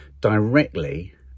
directly